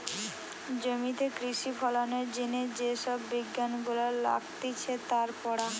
জমিতে কৃষি ফলনের জিনে যে সব বিজ্ঞান গুলা লাগতিছে তার পড়া